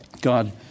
God